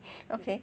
okay